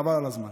חבל על הזמן,